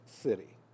city